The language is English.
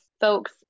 folks